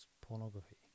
pornography